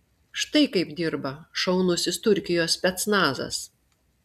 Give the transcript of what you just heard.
štai kaip dirba šaunusis turkijos specnazas